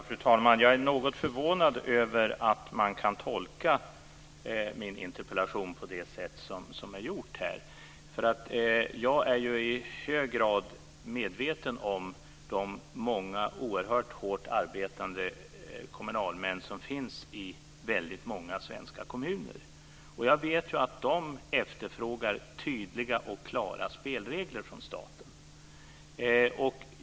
Fru talman! Jag är något förvånad över att man kan tolka min interpellation på det sätt som görs här. Jag är i hög grad medveten om de många oerhört hårt arbetande kommunalmän som finns i väldigt många svenska kommuner. Jag vet att de efterfrågar tydliga och klara spelregler från staten.